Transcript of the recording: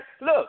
look